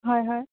হয় হয়